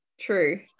true